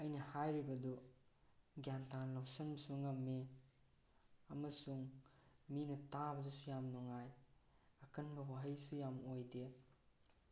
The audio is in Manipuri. ꯑꯩꯅ ꯍꯥꯏꯔꯤꯕꯗꯨ ꯒ꯭ꯌꯥꯟ ꯇꯥꯅ ꯂꯧꯁꯟꯕꯁꯨ ꯉꯝꯃꯤ ꯑꯃꯁꯨꯡ ꯃꯤꯅ ꯇꯥꯕꯗꯨꯁꯨ ꯌꯥꯝ ꯅꯨꯡꯉꯥꯏ ꯑꯀꯟꯕ ꯋꯥꯍꯩꯁꯨ ꯌꯥꯝ ꯑꯣꯏꯗꯦ